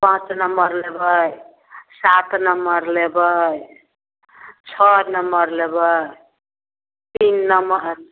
पाँच नम्मर लेबै सात नम्मर लेबै छओ नम्मर लेबै तीन नम्मर